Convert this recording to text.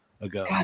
ago